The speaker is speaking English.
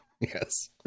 Yes